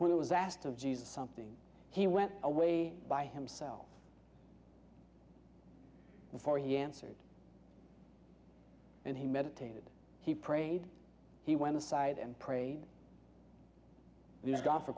when it was asked of jesus something he went away by himself before he answered and he meditated he prayed he went inside and prayed